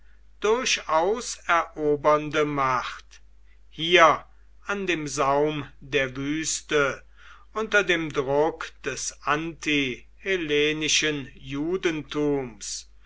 durchaus erobernde macht hier an dem saum der wüste unter dem druck des